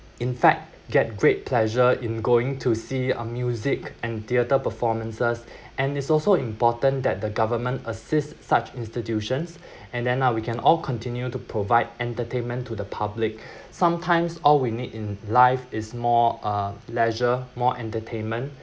in fact get great pleasure in going to see a music and theatre performances and it's also important that the government assist such institutions and then uh we can all continue to provide entertainment to the public sometimes all we need in life is more uh leisure more entertainment